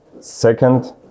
second